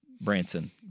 Branson